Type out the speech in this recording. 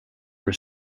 were